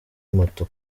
moto